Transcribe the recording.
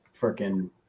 freaking